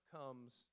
comes